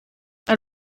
ein